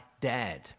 dad